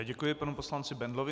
Děkuji panu poslanci Bendlovi.